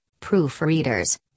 proofreaders